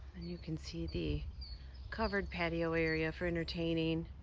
and you can see the covered patio area for entertaining.